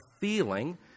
feeling